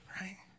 right